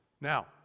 Now